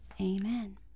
Amen